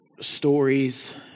stories